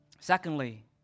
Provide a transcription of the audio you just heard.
Secondly